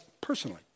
personally